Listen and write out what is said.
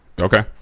okay